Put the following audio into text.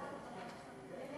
כן,